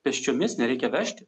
pėsčiomis nereikia vežti